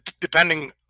depending